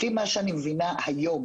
לפי מה שאני מבינה היום,